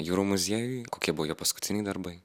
jūrų muziejuj kokie buvo jo paskutiniai darbai